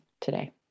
today